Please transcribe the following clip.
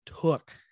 took